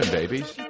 babies